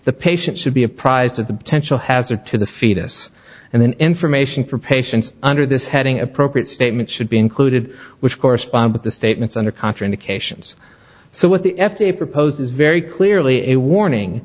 the patient should be apprised of the potential hazard to the fetus and then information for patients under this heading appropriate statement should be included which correspond with the statements under contraindications so what the f d a proposed is very clearly a warning